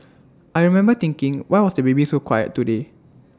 I remember thinking why was the baby so quiet today